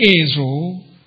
Israel